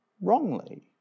wrongly